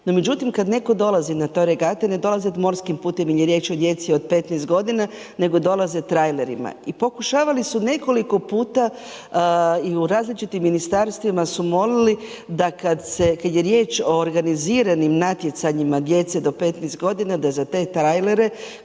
No, međutim, kada netko dolazi na te regate, ne dolaze morskim putem, jer je riječ o djeci od 15 g. nego dolaze trajderima. I pokušavali su nekoliko puta i u različitim ministarstvima su molili, da kada je riječ o organiziranim natjecanjima, djece do 15 g. da za te trajlere,